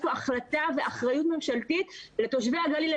יש פה החלטה ואחריות ממשלתית לתושבי הגליל.